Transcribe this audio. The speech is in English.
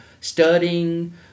Studying